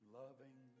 loving